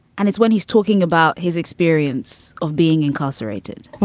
and it's when he's talking about his experience of being incarcerated for